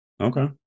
Okay